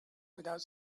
without